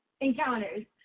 encounters